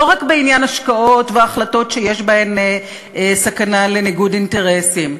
לא רק בעניין השקעות והחלטות שיש בהן סכנה של ניגוד אינטרסים.